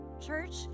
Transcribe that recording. Church